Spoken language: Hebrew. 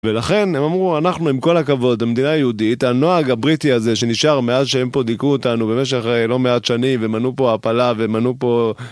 ולכן הם אמרו, אנחנו עם כל הכבוד, המדינה היהודית, הנוהג הבריטי הזה שנשאר מאז שהם פה דיקו אותנו במשך לא מעט שנים, ומנעו פה ההפלה, ומנעו פה...